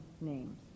names